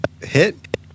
hit